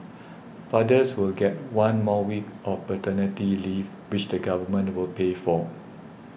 fathers will get one more week of paternity leave which the Government will pay for